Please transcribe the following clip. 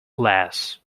glass